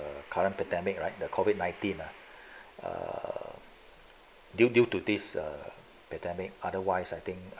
the current pandemic right the COVID nineteen are due due to this pandemic otherwise I think